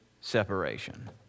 separation